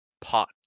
Pot